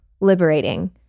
liberating